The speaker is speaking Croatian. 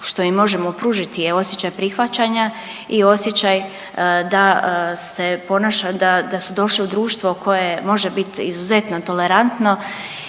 što im možemo pružiti je osjećaj prihvaćanja i osjećaj da se ponaša da su došli u društvo koje može biti izuzetno tolerantno